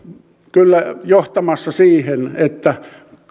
kyllä johtamassa siihen että